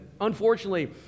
unfortunately